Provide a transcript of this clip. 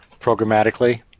programmatically